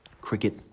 cricket